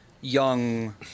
young